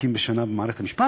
בשנה במערכת המשפט?